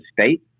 state